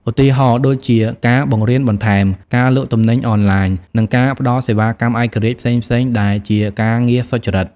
ឧទាហរណ៍ដូចជា ការបង្រៀនបន្ថែម ការលក់ទំនិញអនឡាញ និងការផ្តល់សេវាកម្មឯករាជ្យផ្សេងៗដែលជាការងារសុចរិត។